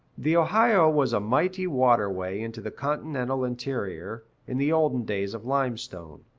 the ohio was a mighty waterway into the continental interior, in the olden days of limestone.